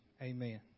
Amen